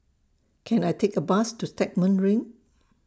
Can I Take A Bus to Stagmont Ring